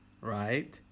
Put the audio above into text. right